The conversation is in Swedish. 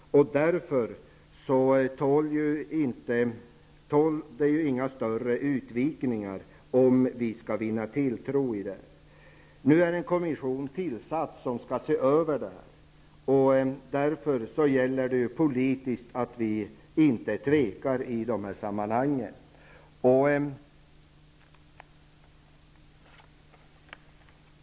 Därför får det inte bli några större utvikningar, om kompromissen skall vinna tilltro. Nu är en kommission tillsatt som skall se över det här. Därför gäller det politiskt att vi inte tvekar.